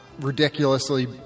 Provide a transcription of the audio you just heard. ridiculously